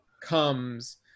comes